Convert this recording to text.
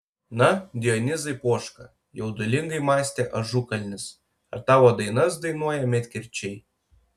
na dionizai poška jaudulingai mąstė ažukalnis ar tavo dainas dainuoja medkirčiai